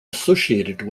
associated